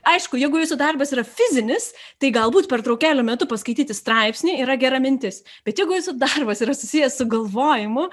aišku jeigu jūsų darbas yra fizinis tai galbūt pertraukėlių metu paskaityti straipsnį yra gera mintis bet jeigu jūsų darbas yra susijęs su galvojimu